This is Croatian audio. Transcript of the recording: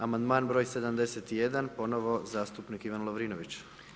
Amandman br. 71. ponovno zastupnik Ivan Lovrinović.